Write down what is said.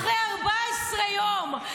אחרי 14 יום.